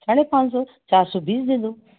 चले पाँच सौ चार सौ बीस दे दो